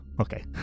Okay